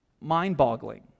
mind-boggling